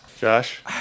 Josh